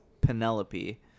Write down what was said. penelope